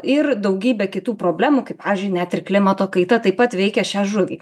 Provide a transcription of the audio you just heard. ir daugybe kitų problemų kaip pavyzdžiui net ir klimato kaita taip pat veikia šią žuvį